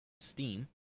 steam